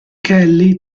kelly